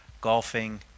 golfing